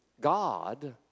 God